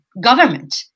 Government